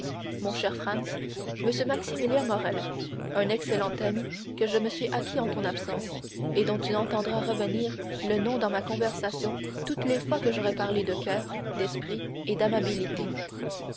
mon cher franz m maximilien morrel un excellent ami que je me suis acquis en ton absence et dont tu entendras revenir le nom dans ma conversation toutes les fois que j'aurai à parler de coeur d'esprit et d'amabilité